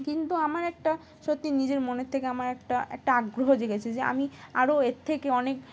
কিন্তু আমার একটা সত্যি নিজের মনের থেকে আমার একটা একটা আগ্রহ জেগেছে যে আমি আরও এর থেকে অনেক